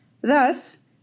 Thus